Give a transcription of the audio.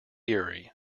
erie